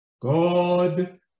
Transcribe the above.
God